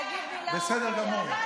תגיד מילה אחת, בסדר גמור.